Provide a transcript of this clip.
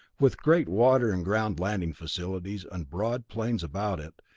with great water and ground landing facilities and broad plains about it,